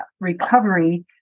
recovery